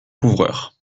couvreur